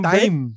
time